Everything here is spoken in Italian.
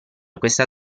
questa